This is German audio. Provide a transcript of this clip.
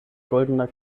goldener